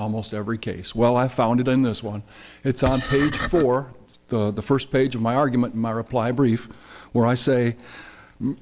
almost every case well i found it in this one it's on page four of the first page of my argument my reply brief where i say